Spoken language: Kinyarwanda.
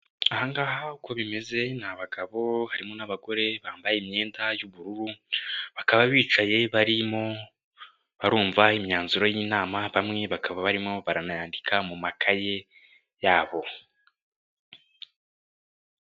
Aha ngaha uko bimeze ni abagabo harimo n'abagore bambaye imyenda y'ubururu, bakaba bicaye barimo barumva imyanzuro y'inama bamwe bakaba barimo baranayandika mu makaye yabo.